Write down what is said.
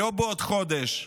לא בעוד חודש.